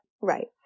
right